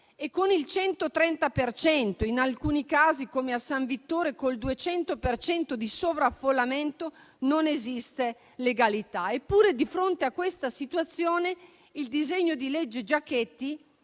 per cento (in alcuni casi, come a San Vittore, con il 200 per cento) di sovraffollamento non esiste legalità. Eppure, di fronte a questa situazione, il disegno di legge Giachetti,